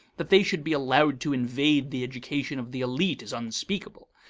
that they should be allowed to invade the education of the elite is unspeakable.